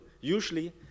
usually